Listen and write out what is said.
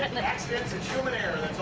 accidents and human error,